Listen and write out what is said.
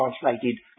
translated